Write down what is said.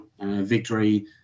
victory